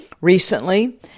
recently